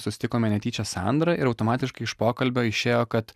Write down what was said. susitikome netyčia sandrą ir automatiškai iš pokalbio išėjo kad